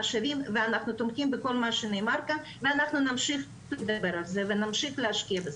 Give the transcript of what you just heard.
ואנחנו תומכים בכל מה שנאמר כאן ונמשיך להשקיע בזה.